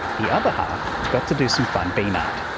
the other half got to do some fun bean-art.